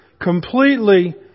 completely